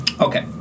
Okay